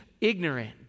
ignorant